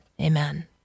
amen